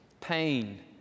pain